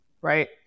Right